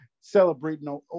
celebrating